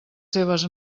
seves